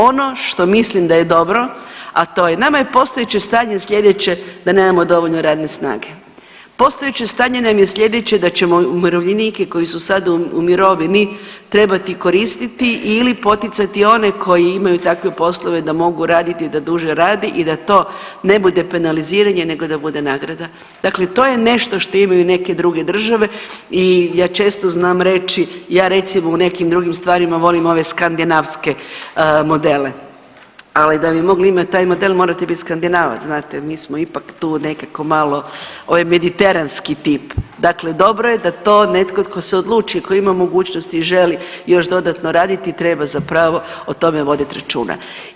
Ono što mislim da je dobro, a to je, nama je postojeće stanje slijedeće da nemamo dovoljno radne snage, postojeće stanje nam je slijedeće da ćemo umirovljenike koji su sada u mirovini trebati koristiti ili poticati one koji imaju takve poslove da mogu raditi da duže radi i da to ne bude penaliziranje nego da bude nagrada, dakle to je nešto što imaju neke druge države i ja često znam reći, ja recimo u nekim drugim stvarima volim ove skandinavske modele, ali da bi mogli imat taj model morate bit Skandinavac znate, mi smo ipak tu nekako malo ovaj mediteranski tip, dakle dobro je da to netko tko se odluči, koji ima mogućnosti i želi još dodatno raditi treba zapravo o tome vodit računa.